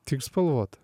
tik spalvota